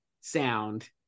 sound